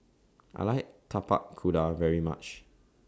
I like Tapak Kuda very much